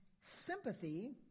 sympathy